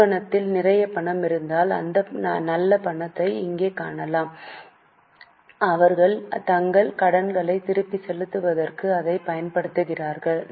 நிறுவனத்தில் நிறைய பணம் இருந்ததால் நல்ல பணத்தை இங்கே காணலாம் அவர்கள் தங்கள் கடன்களை திருப்பிச் செலுத்துவதற்கு அதைப் பயன்படுத்தினர்